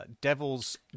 Devils